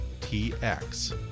TX